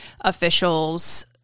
officials